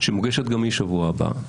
שמוגשת גם היא בשבוע הבא.